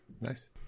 Nice